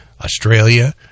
australia